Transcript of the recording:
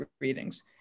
readings